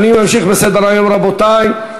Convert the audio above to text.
אני ממשיך בסדר-היום, רבותי.